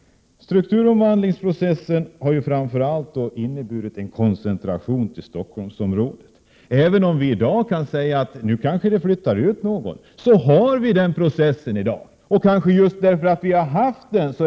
Strukturomvandlingen har framför allt inneburit en koncentration till Stockholmsområdet. Denna politik fortsätter även om kanske någon flyttar därifrån. Resultatet av strukturomvandlingen är att det nu inte finns plats för — Prot. 1987/88:127 ytterligare expansion i Stockholm.